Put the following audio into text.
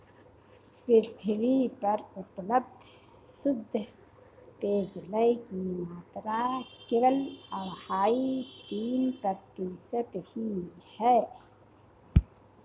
पृथ्वी पर उपलब्ध शुद्ध पेजयल की मात्रा केवल अढ़ाई तीन प्रतिशत ही है